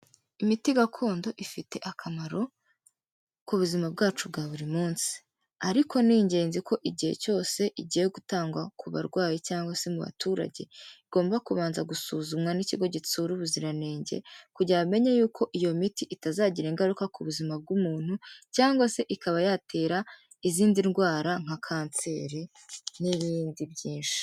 Imiti gakondo ifite akamaro ku buzima bwacu bwa buri munsi ariko ni ingenzi ko igihe cyose igiye gutangwa ku barwayi cyangwa se mu baturage, igomba kubanza gusuzumwa n'ikigo gitsura ubuziranenge kugira bamenye y'uko iyo miti itazagira ingaruka ku buzima bw'umuntu cyangwa se ikaba yatera izindi ndwara nka kanseri n'ibindi byinshi.